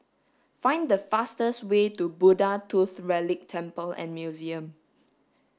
find the fastest way to Buddha Tooth Relic Temple and Museum